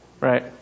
Right